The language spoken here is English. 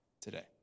today